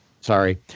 Sorry